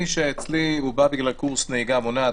מי שאצלי בא בגלל קורס נהיגה מונעת,